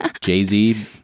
jay-z